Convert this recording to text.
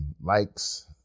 likes